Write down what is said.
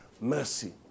mercy